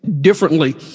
differently